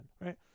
right